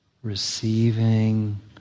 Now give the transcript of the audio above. Receiving